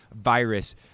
virus